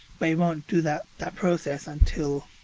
but it won't do that that process until.